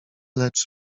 lecz